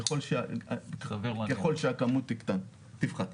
ככל שהכמות תפחת.